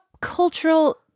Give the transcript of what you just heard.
cultural